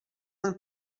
ten